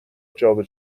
جابه